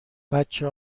بچه